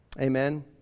Amen